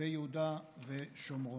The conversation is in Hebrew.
ביהודה ושומרון.